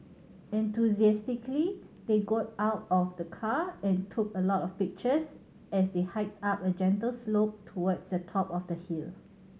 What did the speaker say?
enthusiastically they got out of the car and took a lot of pictures as they hiked up a gentle slope towards the top of the hill